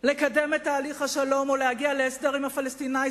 לקדם את תהליך השלום או להגיע להסדר עם הפלסטינים.